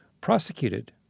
prosecuted